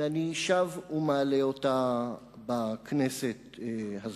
ואני שב ומעלה אותה בכנסת הזאת.